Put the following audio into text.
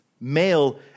Male